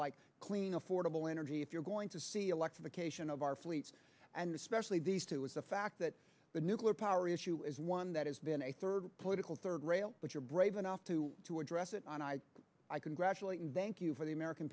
like clean affordable energy if you're going to see electrification of our fleets and especially these two is the fact that the nuclear power issue is one that has been a third political third rail but you're brave enough to address it i congratulate and thank you for the american